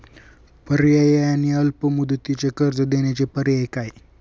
पर्यायी आणि अल्प मुदतीचे कर्ज देण्याचे पर्याय काय?